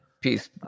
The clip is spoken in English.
Peace